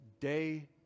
day